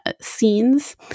scenes